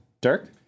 Dirk